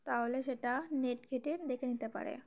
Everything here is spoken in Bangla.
তাহলে সেটা নেট ঘেঁটে দেখে নিতে পারে